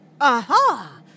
Aha